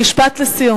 משפט לסיום.